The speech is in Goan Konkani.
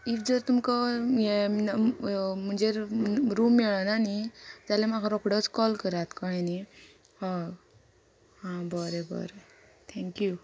इफ जर तुमकां हे म्हणजे रूम मेळना न्ही जाल्या म्हाका रोकडोच कॉल करात कळ्ळें न्ही हय हां बरें बरें थँक्यू